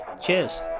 Cheers